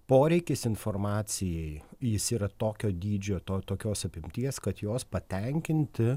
poreikis informacijai jis yra tokio dydžio to tokios apimties kad jos patenkinti